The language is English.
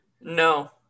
no